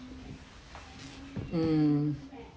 um